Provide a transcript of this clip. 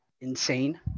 insane